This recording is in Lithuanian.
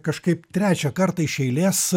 kažkaip trečią kartą iš eilės